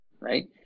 Right